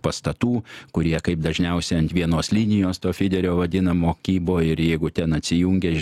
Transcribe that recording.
pastatų kurie kaip dažniausiai ant vienos linijos to fiderio vadinamo kybo ir jeigu ten atsijungia